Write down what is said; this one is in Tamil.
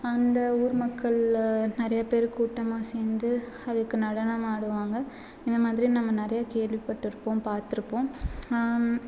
அந்த ஊர் மக்கள் நிறைய பேர் கூட்டமாக சேர்ந்து அதுக்கு நடனம் ஆடுவாங்க இந்த மாதிரி நம்ம நிறைய கேள்விப்பட்டு இருப்போம் பார்த்துருப்போம்